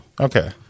Okay